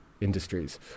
industries